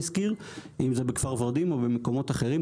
אם זה בכפר ורדים או במקומות אחרים.